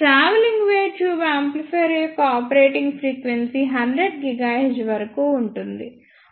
travelling wave tube amplifier యొక్క operating frequency 100 GHz వరకు ఉంటుంది